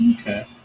Okay